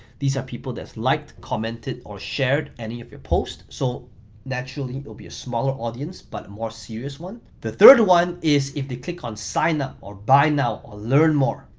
these are people that's liked, commented or shared any of your posts. so naturally, it'll be a smaller audience, but a more serious one. the third one is if they click on sign up, or buy now or learn more,